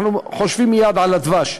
אנחנו חושבים מייד על הדבש.